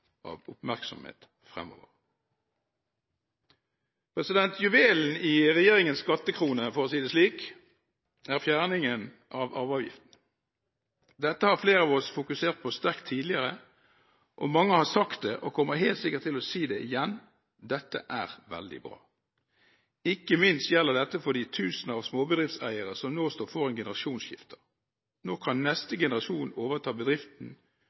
av oppmerksomhet fremover. Juvelen i regjeringens skattekrone – for å si det slik – er fjerningen av arveavgiften. Dette har flere av oss fokusert sterkt på tidligere, og mange har sagt og kommer helt sikkert til å si det igjen: Dette er veldig bra! Ikke minst gjelder dette for de tusener av småbedriftseiere som nå står foran generasjonsskifter. Nå kan neste generasjon overta bedriften